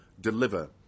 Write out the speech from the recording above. deliver